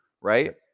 right